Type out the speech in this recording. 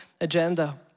agenda